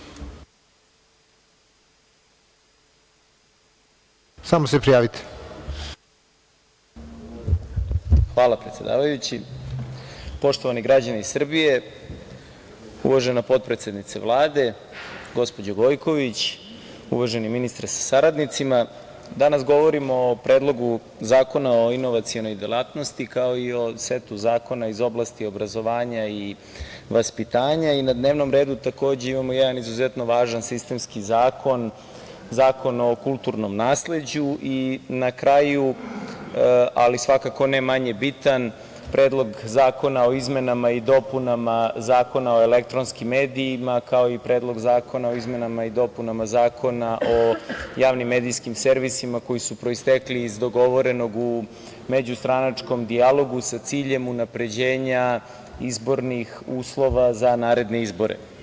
Hvala predsedavajući, poštovani građani Srbije, uvažena potpredsednice Vlade, gospođo Gojković, uvaženi ministre, sa saradnicima, danas govorimo o Predlogu zakona o inovacionoj delatnosti, kao i o setu zakona iz oblasti obrazovanja i vaspitanja i na dnevnom redu, takođe imamo jedan izuzetno važan sistemski zakon, Zakon o kulturnom nasleđu i na kraju, ali svakako ne manje bitan Predlog zakona o izmenama i dopunama Zakona o elektronskim medijima, kao i Predlog zakona o izmenama i dopunama Zakona o javnim medijskim servisima, koji su proistekli iz dogovornog, u međustranačkom dijalogu, sa ciljem unapređenja izbornih uslova za naredne izbore.